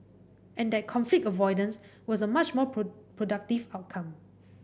and that conflict avoidance was a much more productive outcome